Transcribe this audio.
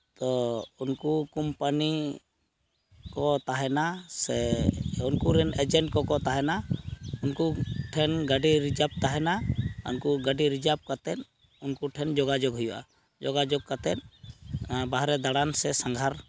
ᱛᱚ ᱩᱱᱠᱩ ᱠᱳᱢᱯᱟᱱᱤ ᱠᱚ ᱛᱟᱦᱮᱱᱟ ᱥᱮ ᱩᱱᱠᱩ ᱨᱮᱱ ᱮᱡᱮᱱᱴ ᱠᱚᱠᱚ ᱛᱟᱦᱮᱱᱟ ᱩᱱᱠᱩ ᱴᱷᱮᱱ ᱜᱟᱹᱰᱤ ᱨᱤᱡᱟᱨᱵᱷ ᱛᱟᱦᱮᱱᱟ ᱩᱱᱠᱩ ᱜᱟᱹᱰᱤ ᱨᱤᱡᱟᱨᱵᱷ ᱠᱟᱛᱮᱫ ᱩᱱᱠᱩ ᱴᱷᱮᱱ ᱡᱳᱜᱟᱡᱚᱜᱽ ᱦᱩᱭᱩᱜᱼᱟ ᱡᱳᱜᱟᱡᱚᱜᱽ ᱠᱟᱛᱮᱫ ᱵᱟᱦᱨᱮ ᱫᱟᱬᱟᱱ ᱥᱮ ᱥᱟᱸᱜᱷᱟᱨ